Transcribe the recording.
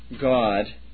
God